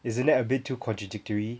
isn't that a bit too contradictory